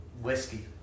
whiskey